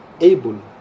able